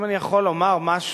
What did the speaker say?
אם אני יכול לומר משהו